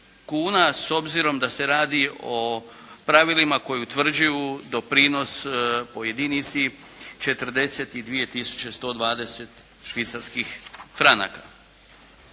s obzirom da se radi o pravilima koji utvrđuju doprinos po jedinici 42 tisuće 120 švicarskih franaka.